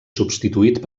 substituït